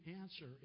answer